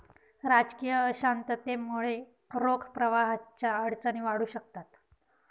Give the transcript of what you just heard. राजकीय अशांततेमुळे रोख प्रवाहाच्या अडचणी वाढू शकतात